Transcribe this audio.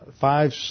five